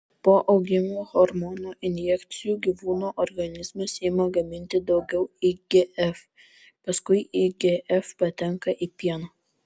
po augimo hormono injekcijų gyvūnų organizmas ima gaminti daugiau igf paskui igf patenka į pieną